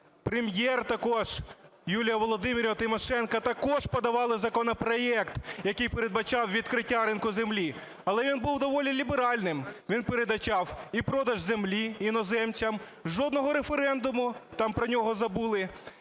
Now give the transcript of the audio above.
Прем'єр також, Юлія Володимирівна Тимошенко також подавали законопроект, який передбачав відкриття ринку землі. Але він був доволі ліберальним, він передбачав і продаж землі іноземцям, жодного референдуму, там про нього забули,